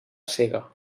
cega